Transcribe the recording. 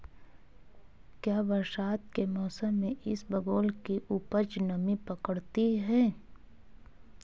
क्या बरसात के मौसम में इसबगोल की उपज नमी पकड़ती है?